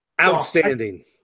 outstanding